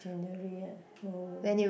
January ah oh